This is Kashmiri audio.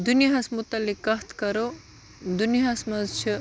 دُنیاہَس مُتعلق کَتھ کَرو دُنیاہَس منٛز چھِ